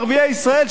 ערביי ישראל,